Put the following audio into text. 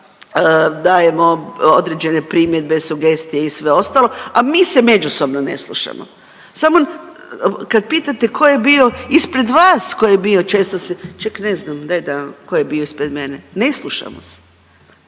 dajemo određene primjedbe, sugestije i sve ostalo, a mi se međusobno ne slušamo. Samo kad pitate ko je bio ispred vas ko je bio često se, ček ne znam ko je bio ispred mene, ne slušamo se.